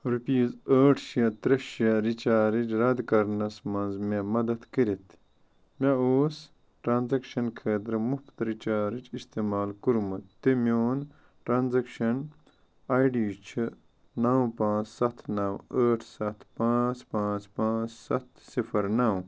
rupees ٲٹھ شےٚ ترٛےٚ شےٚ رِچارٕج رد کرنَس منٛز مےٚ مدد کٔرتھ مےٚ اوس ٹرٛانزیٚکشن خٲطرٕ مفت رچارٕج استعمال کوٚرمت تہٕ میٛون ٹرٛانزیکشن آے ڈی چھُ نَو پانٛژھ ستھ نَو ٲٹھ ستھ پانٛژھ پانٛژھ پانٛژھ ستھ صفر نَو